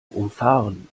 umfahren